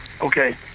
Okay